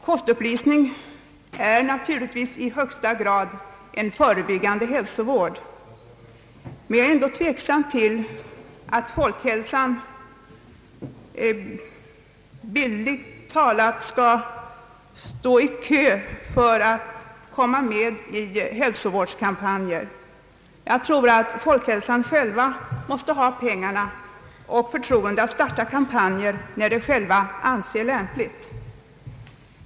Kostupplysning är naturligtvis i högsta grad en förebyggande hälsovård, men jag är ändå tveksam inför att Folkhälsan bildligt talat skall stå i kö för att komma med i hälsovårdskampanjer. Jag tror att Folkhälsan måste ha pengarna och förtroendet att starta kampanjer när institutet självt anser det lämpligt.